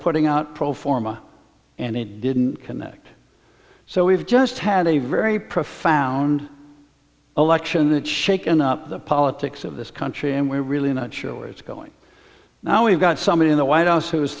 putting out pro forma and they didn't connect so we've just had a very profound election that shaken up the politics of this country and we're really not sure where it's going now we've got somebody in the white house who